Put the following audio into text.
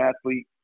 Athlete